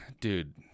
dude